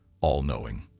all-knowing